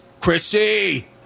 Chrissy